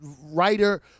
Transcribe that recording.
writer